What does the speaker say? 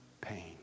pain